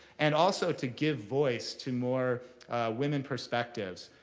and also to give voice to more women perspectives,